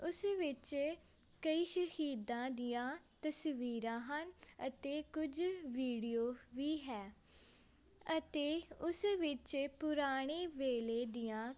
ਉਸ ਵਿੱਚ ਕਈ ਸ਼ਹੀਦਾਂ ਦੀਆਂ ਤਸਵੀਰਾਂ ਹਨ ਅਤੇ ਕੁਝ ਵੀਡੀਓ ਵੀ ਹੈ ਅਤੇ ਉਸ ਵਿੱਚ ਪੁਰਾਣੇ ਵੇਲੇ ਦੀਆਂ